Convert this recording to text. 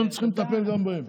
צריכים לטפל גם בהם.